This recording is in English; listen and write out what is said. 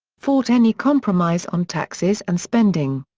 fought any compromise on taxes and spending.